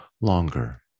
longer